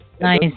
Nice